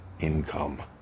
income